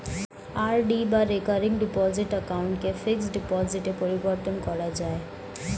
RD বা recurring deposit অ্যাকাউন্টকে fixed ডিপোজিটে পরিবর্তন করা যায়